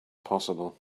possible